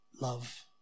love